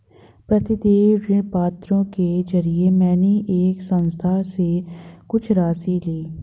प्रतिदेय ऋणपत्रों के जरिये मैंने एक संस्था से कुछ राशि ली